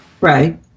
Right